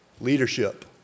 leadership